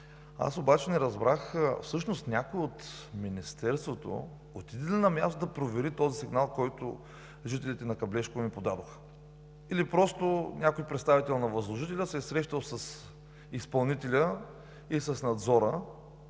Аз обаче не разбрах: всъщност някой от Министерството отиде ли на място да провери този сигнал, който жителите на Каблешково ми подадоха, или просто някой представител на възложителя се е срещал с изпълнителя и с надзора,